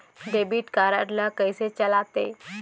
Debit card ला कइसे चलाते?